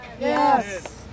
Yes